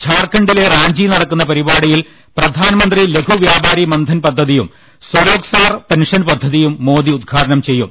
ഝാർഖണ്ഡിലെ റാഞ്ചിയിൽ നടക്കുന്ന പരിപാടിയിൽ പ്രധാനമന്ത്രി ലഘുവ്യാ പാരി മൻധൻ പദ്ധതിയും സ്വരോസ്ഗാർ പെൻഷൻ പദ്ധ തിയും മോദി ഉദ്ഘാടനം ചെയ്യും